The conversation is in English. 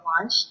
launch